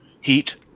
Heat